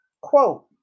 quote